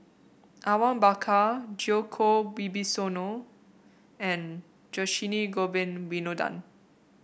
Awang Bakar Djoko Wibisono and Dhershini Govin Winodan